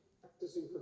practicing